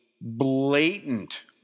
blatant